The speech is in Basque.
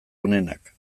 onenak